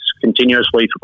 continuously